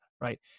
right